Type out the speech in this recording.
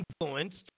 influenced